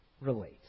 relate